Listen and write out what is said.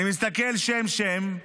אני מסתכל שם-שם,